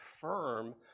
firm